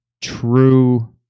true